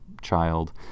child